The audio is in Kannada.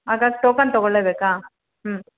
ಅದಕ್ಕೆ ಟೋಕನ್ ತೊಗೊಳ್ಳಲೇ ಬೇಕಾ ಹ್ಞೂ